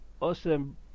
awesome